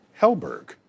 Helberg